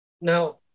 now